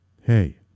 Hey